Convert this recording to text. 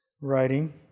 writing